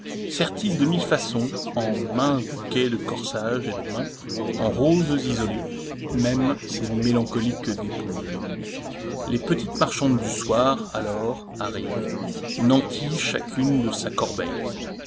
sertissent de mille façons en maints bouquets de corsage et de main en roses isolées même ces mélancoliques dépouilles les petites marchandes du soir alors arrivent nanties chacune de sa corbeille